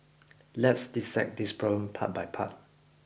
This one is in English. let's dissect this problem part by part